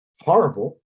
horrible